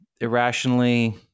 irrationally